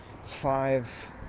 five